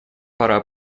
пора